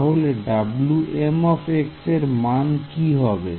তাহলে Wm এর মান কি হবে